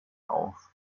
auf